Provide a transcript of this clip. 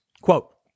Quote